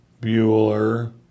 Bueller